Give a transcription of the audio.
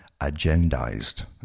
agendized